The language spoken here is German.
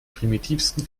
primitivsten